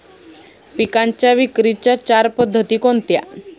पिकांच्या विक्रीच्या चार पद्धती कोणत्या?